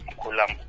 kulam